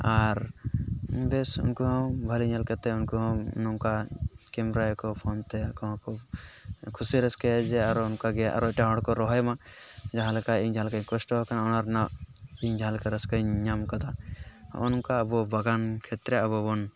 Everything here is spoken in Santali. ᱟᱨ ᱵᱮᱥ ᱩᱱᱠᱩ ᱦᱚᱸ ᱵᱷᱟᱹᱞᱤ ᱧᱮᱞ ᱠᱟᱛᱮ ᱩᱱᱠᱩ ᱦᱚᱸ ᱱᱚᱝᱠᱟ ᱠᱮᱢᱨᱟᱭᱟᱠᱚ ᱯᱷᱳᱱ ᱛᱮ ᱟᱠᱚ ᱦᱚᱸ ᱠᱚ ᱠᱩᱥᱤ ᱨᱟᱹᱥᱠᱟᱹᱭᱟ ᱡᱮ ᱟᱨᱚ ᱚᱱᱠᱟᱜᱮ ᱟᱨᱚ ᱮᱴᱟᱜ ᱦᱚᱲ ᱠᱚ ᱨᱚᱦᱚᱭᱢᱟ ᱡᱟᱦᱟᱸ ᱞᱮᱠᱟ ᱤᱧ ᱡᱟᱦᱟᱸ ᱞᱮᱠᱟᱧ ᱠᱚᱥᱴᱚ ᱟᱠᱟᱱᱟ ᱚᱱᱟ ᱨᱮᱱᱟᱜ ᱤᱧ ᱡᱟᱦᱟᱸᱞᱮᱠᱟ ᱨᱟᱹᱥᱠᱟᱹᱧ ᱧᱟᱢ ᱠᱟᱫᱟ ᱱᱚᱜᱼᱚ ᱱᱚᱝᱠᱟ ᱟᱵᱚ ᱵᱟᱜᱟᱱ ᱠᱷᱮᱛᱨᱮ ᱟᱵᱚ ᱵᱚᱱ